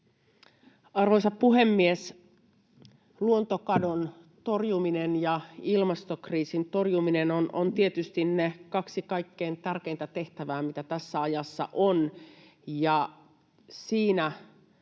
Arvoisa puhemies! Luontokadon torjuminen ja ilmastokriisin torjuminen ovat tietysti ne kaksi kaikkein tärkeintä tehtävää, mitä tässä ajassa on, ja siinä